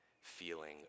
feeling